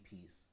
peace